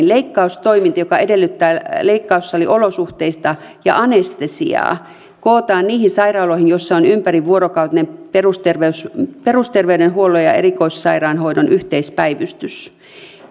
leikkaustoiminta joka edellyttää leikkaussaliolosuhteita ja anestesiaa kootaan niihin sairaaloihin joissa on ympärivuorokautinen perusterveydenhuollon perusterveydenhuollon ja erikoissairaanhoidon yhteispäivystys